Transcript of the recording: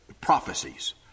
prophecies